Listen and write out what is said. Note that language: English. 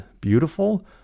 beautiful